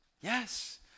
Yes